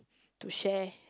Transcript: to share